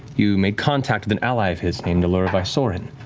you made contact with an ally of his named allura vysoren,